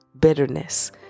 bitterness